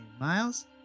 Miles